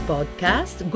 Podcast